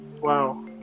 wow